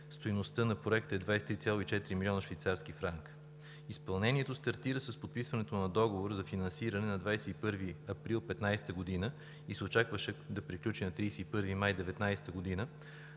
Стойността на Проекта е 23,4 млн. швейцарски франка. Изпълнението стартира с подписването на договора за финансиране на 21 април 2015 г. и се очакваше да приключи на 31 май 2019 г.,